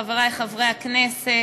חברי חברי הכנסת,